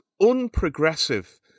unprogressive